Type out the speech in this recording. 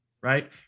Right